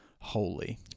holy